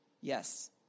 Yes